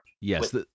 Yes